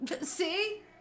See